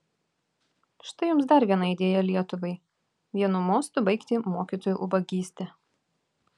štai jums dar viena idėja lietuvai vienu mostu baigti mokytojų ubagystę